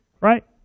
right